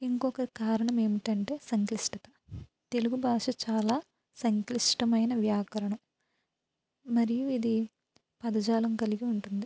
ఇంకొక కారణం ఏమిటంటే సంక్లిష్టత తెలుగు భాష చాలా సంక్లిష్టమైన వ్యాకరణం మరియు ఇది పదజాలం కలిగి ఉంటుంది